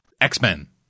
X-Men